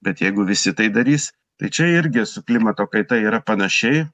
bet jeigu visi tai darys tai čia irgi su klimato kaita yra panašiai